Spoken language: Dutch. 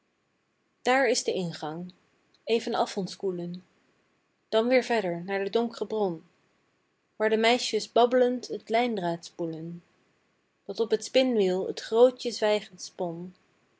daar is de ingang even af ons koelen dan weer verder naar de donkre bron waar de meisjes babbelend t lijndraad spoelen dat op t spinwiel t grootje zwijgend